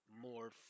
more